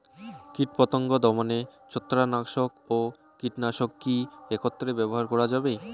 কীটপতঙ্গ দমনে ছত্রাকনাশক ও কীটনাশক কী একত্রে ব্যবহার করা যাবে?